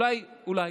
אולי אולי